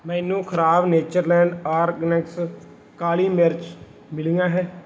ਮੈਨੂੰ ਖ਼ਰਾਬ Natureland Organics ਕਾਲੀ ਮਿਰਚ ਮਿਲੀਆਂ ਹੈ